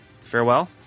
farewell